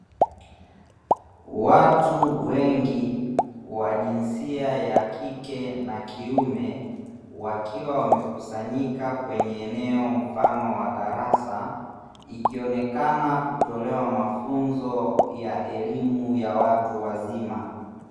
Watu wengi wa jinsia ya kike na kiume, wakiwa wamekusanyika kwenye eneo mfano wa darasa; ikionekana kutolewa mafunzo ya elimu ya watu wazima